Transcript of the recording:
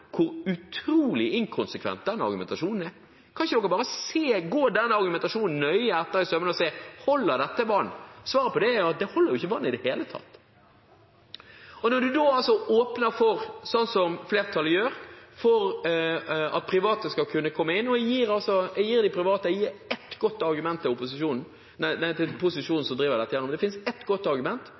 hvor utrolig inkonsekvent den argumentasjonen er? Kan man ikke gå den argumentasjonen nøye etter i sømmene og se om det holder vann? Svaret på det er jo at det holder ikke vann i det hele tatt. Når man da åpner for, slik flertallet gjør, at private skal kunne komme inn, gir de private ett godt argument til posisjonen som driver dette gjennom. Det finnes ett godt argument,